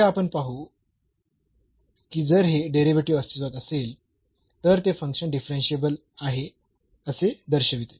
पुढे आपण पाहू की जर हे डेरिव्हेटिव्ह अस्तित्वात असेल तर ते फंक्शन डिफरन्शियेबल आहे असे दर्शविते